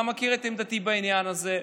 אתה מכיר את עמדתי בעניין הזה: